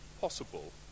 possible